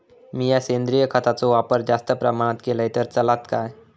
मीया सेंद्रिय खताचो वापर जास्त प्रमाणात केलय तर चलात काय?